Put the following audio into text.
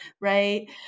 right